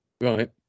Right